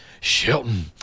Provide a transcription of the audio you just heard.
Shelton